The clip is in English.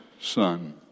son